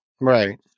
Right